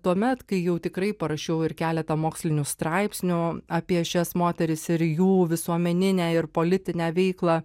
tuomet kai jau tikrai parašiau ir keletą mokslinių straipsnių apie šias moteris ir jų visuomeninę ir politinę veiklą